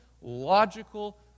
logical